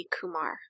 Kumar